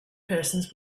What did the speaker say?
persons